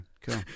cool